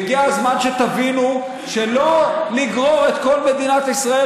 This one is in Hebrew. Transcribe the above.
והגיע הזמן שתבינו לא לגרור את כל מדינת ישראל